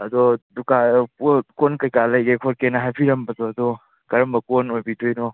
ꯑꯗꯣ ꯀꯣꯟ ꯀꯩꯀꯥ ꯂꯩꯒꯦ ꯈꯣꯠꯀꯦꯅ ꯍꯥꯏꯕꯤꯔꯝꯕꯗꯣ ꯑꯗꯣ ꯀꯔꯝꯕ ꯀꯣꯟ ꯑꯣꯏꯕꯤꯗꯣꯏꯅꯣ